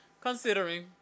Considering